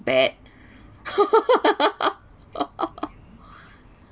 bad